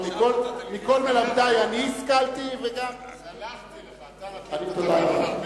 אבל מכל מלמדי אני השכלתי, וגם, סלחתי לך, תודה.